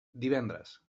divendres